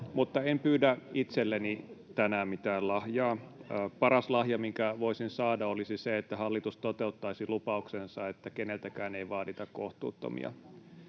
Mutta en pyydä itselleni tänään mitään lahjaa. Paras lahja, minkä voisin saada, olisi se, että hallitus toteuttaisi lupauksensa, että keneltäkään ei vaadita kohtuuttomia.